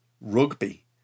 Rugby